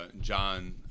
John